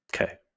okay